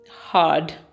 hard